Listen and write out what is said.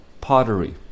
pottery